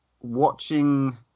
watching